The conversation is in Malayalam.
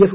എഫ്